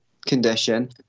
condition